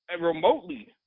remotely